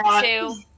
two